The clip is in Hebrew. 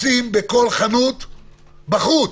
לשים בכל חנות בחוץ.